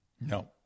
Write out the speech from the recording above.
No